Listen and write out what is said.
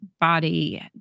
body